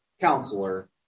counselor